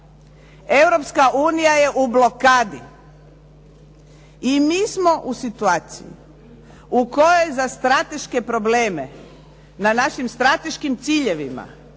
Europska unija je u blokadi i mi smo u situaciji u kojoj za strateške probleme na našim strateškim ciljevima